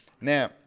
Now